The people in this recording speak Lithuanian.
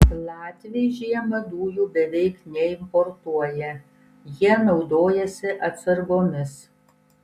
latviai žiemą dujų beveik neimportuoja jie naudojasi atsargomis